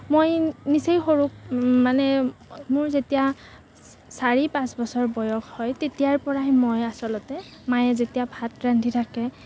মই নিচেই সৰু মানে মোৰ যেতিয়া চাৰি পাঁচ বছৰ বয়স হয় তেতিয়াৰ পৰাই মই আচলতে মায়ে যেতিয়া ভাত ৰান্ধি থাকে